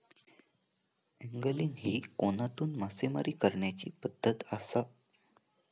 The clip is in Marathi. अँगलिंग ही कोनातून मासेमारी करण्याची पद्धत आसा